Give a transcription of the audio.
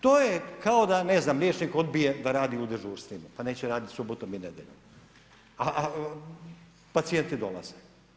To je kao da ne znam liječnik odbije da radi u dežurstvima pa neće raditi subotom i nedjeljom, a pacijenti dolaze.